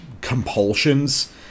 compulsions